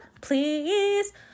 please